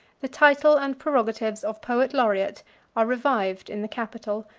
the title and prerogatives of poet-laureate are revived in the capitol,